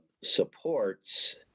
supports